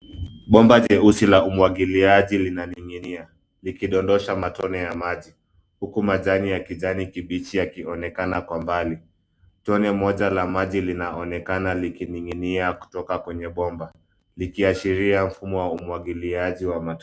Bomba jeusi la umwagiliaji linaning'inia likidondosha matone ya maji huku majani ya kijani kibichi yakionekana kwa mbali. Tone moja la maji linaonekana likining'inia kutoka kwenye bomba likiashiria mfumo wa umwagiliaji wa matone.